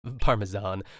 Parmesan